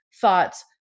thoughts